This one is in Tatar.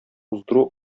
уздыру